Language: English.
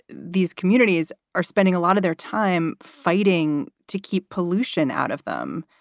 these communities are spending a lot of their time fighting to keep pollution out of them.